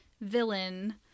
villain